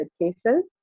cases